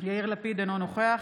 יאיר לפיד, אינו נוכח